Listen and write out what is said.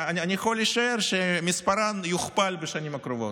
אני יכול לשער שמספרן יוכפל בשנים הקרובות.